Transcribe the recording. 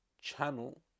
channel